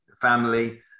family